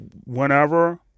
whenever